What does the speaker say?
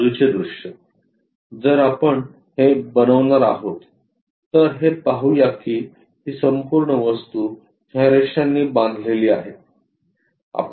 बाजूचे दृश्य जर आपण हे बनवणार आहोत तर हे पाहू या की ही संपूर्ण वस्तू ह्या रेषांनी बांधलेली आहे